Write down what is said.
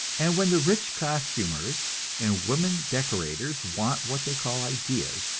and when the rich costumers and woman-decorators want what they call ideas,